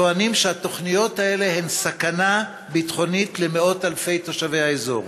טוענים שהתוכניות האלה הן סכנה ביטחונית למאות אלפי תושבי האזור.